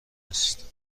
است